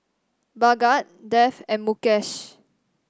Bhagat Dev and Mukesh